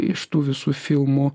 iš tų visų filmų